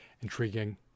intriguing